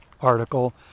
article